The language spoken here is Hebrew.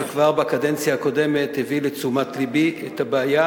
שכבר בקדנציה הקודמת הביא לתשומת לבי את הבעיה